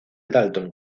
dalton